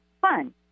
fun